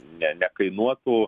ne nekainuotų